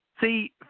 See